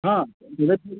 किमपि